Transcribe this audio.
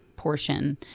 portion